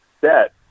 set